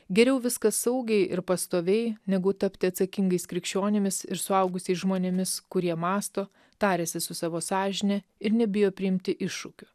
geriau viskas saugiai ir pastoviai negu tapti atsakingais krikščionimis ir suaugusiais žmonėmis kurie mąsto tariasi su savo sąžine ir nebijo priimti iššūkių